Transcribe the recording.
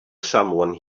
someone